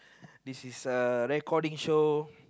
this is a recording show